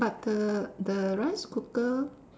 but the the rice cooker